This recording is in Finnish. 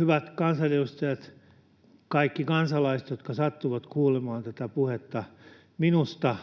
Hyvät kansanedustajat, kaikki kansalaiset, jotka sattuvat kuulemaan tätä puhetta! Minusta